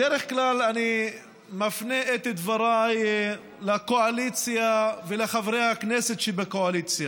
בדרך כלל אני מפנה את דבריי לקואליציה ולחברי הכנסת שבקואליציה,